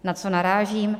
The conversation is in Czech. Na co narážím?